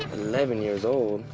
eleven years old?